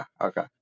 okay